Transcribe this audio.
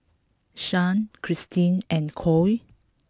Shae Christene and Coy